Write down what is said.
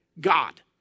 God